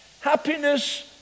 Happiness